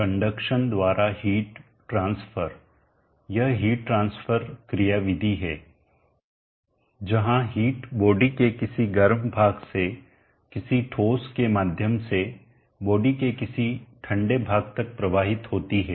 conduction चालन द्वारा heat ऊष्मा ट्रांसफरtransfer अंतरण यह हीट ट्रांसफर क्रियाविधि है जहाँ हीट बॉडी के किसी गर्म भाग से किसी ठोस के माध्यम से बॉडी के किसी ठंडे भाग तक प्रवाहित होती है